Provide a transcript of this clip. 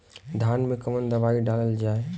धान मे कवन दवाई डालल जाए?